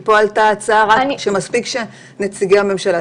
כי עלתה הצעה שמספיק שנציגי הממשלה,